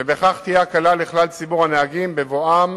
ובכך תהיה הקלה לכלל ציבור הנהגים בבואם